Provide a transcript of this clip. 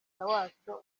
wacyo